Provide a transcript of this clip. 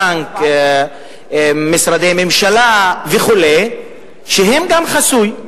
בנק, משרדי ממשלה וכו', שהם גם חסויים.